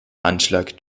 anschlag